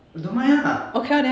I don't mind lah